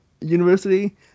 university